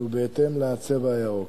הוא בהתאם לצבע הירוק.